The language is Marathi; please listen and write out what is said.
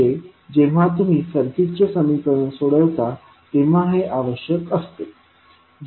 म्हणजे जेव्हा तुम्ही सर्किटचे समीकरण सोडवता तेव्हा हे आवश्यक असते